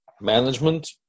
management